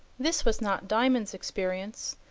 this was not diamond's experience,